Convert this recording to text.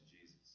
Jesus